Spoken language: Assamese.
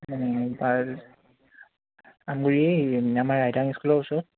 আমগুৰি আমাৰ ৰাইটাং স্কুলৰ ওচৰত